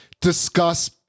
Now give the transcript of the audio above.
Discuss